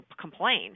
complain